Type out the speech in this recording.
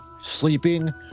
sleeping –